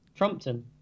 Trumpton